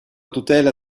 tutela